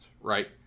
right